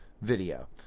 video